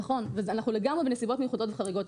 נכון, ואנחנו לגמרי בנסיבות מיוחדות וחריגות.